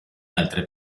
altre